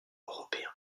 européen